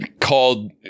called